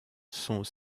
sont